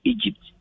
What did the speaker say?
Egypt